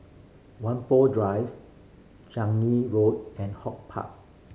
Whampoa Drive Changi Road and HortPark